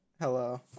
Hello